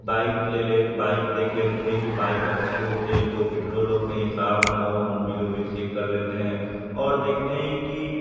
bike لے لے bike دیکھ لیتے ہیں کہ بائیک اچھی ہو تیل ہو پیٹرول ہو کہیں خراب نہ ہو موبل ووبل وغیرہ سب چیک کر لیتے ہیں اور دیکھتے ہیں کہ